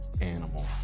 animal